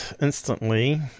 instantly